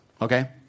okay